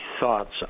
thoughts